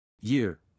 Year